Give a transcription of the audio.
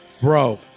bro